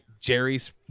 Jerry's